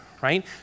right